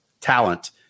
talent